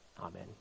Amen